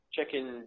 Checking